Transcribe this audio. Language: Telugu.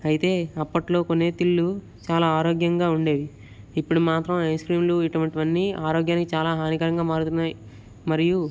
అయితే అప్పటీలో కొనే తిండ్లు చాలా ఆరోగ్యంగా ఉండేవి ఇప్పుడు మాత్రం ఐస్ క్రీములు ఇటువంటివి అన్ని ఆరోగ్యానికి చాలా హానికరంగా మారుతున్నాయి మరియు